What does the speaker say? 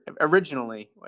originally